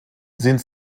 sind